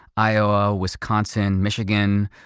iowa, wisconsin, michigan,